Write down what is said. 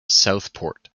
southport